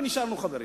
ונשארנו חברים.